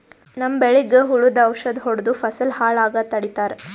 ನಮ್ಮ್ ಬೆಳಿಗ್ ಹುಳುದ್ ಔಷಧ್ ಹೊಡ್ದು ಫಸಲ್ ಹಾಳ್ ಆಗಾದ್ ತಡಿತಾರ್